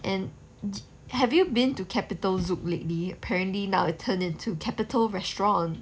and have you been to capital zouk lately apparently now it turn into capitol restaurant